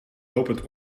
lopend